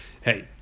Hey